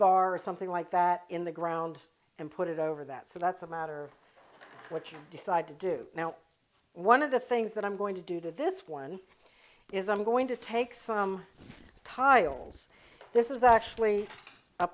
rebar or something like that in the ground and put it over that so that's a matter what you decide to do now one of the things that i'm going to do to this one is i'm going to take some tiles this is actually a